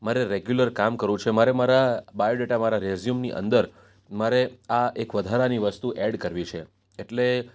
મારે રેગ્યુલર કામ કરવું છે મારે મારા બાયો ડેટા મારા રેઝયુમની અંદર મારે આ એક વધારાની વસ્તુ એડ કરવી છે એટલે